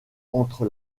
entre